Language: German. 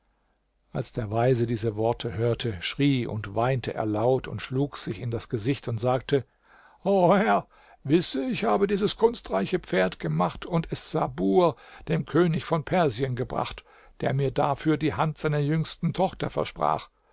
als der weise diese worte hörte schrie und weinte er laut und schlug sich in das gesicht und sagte o herr wisse ich habe dieses kunstreiche pferd gemacht und es sabur dem könig von persien gebracht der mir dafür die hand seiner jüngsten tochter versprach